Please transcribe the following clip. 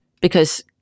Because-